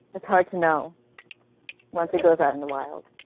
it's hard to know once it goes out in the wild.